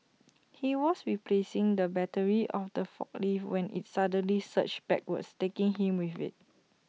he was replacing the battery of the forklift when IT suddenly surged backwards taking him with IT